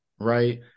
right